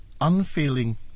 unfeeling